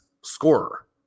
scorer